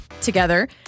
together